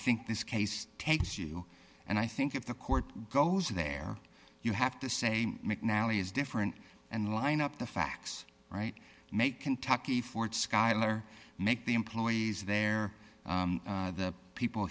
think this case takes you and i think if the court goes there you have to say mcnally is different and line up the facts right make kentucky ford schuyler make the employees there the people